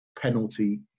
penalty